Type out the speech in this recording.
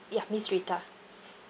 ya miss rita